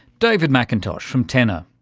david mcintosh from tenor.